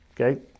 Okay